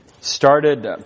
started